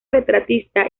retratista